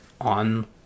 on